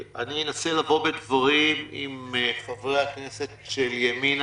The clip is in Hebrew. אני אנסה לבוא בדברים עם חברי הכנסת של ימינה